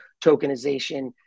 tokenization